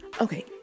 Okay